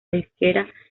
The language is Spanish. disquera